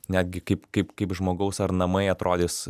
netgi kaip kaip kaip žmogaus ar namai atrodys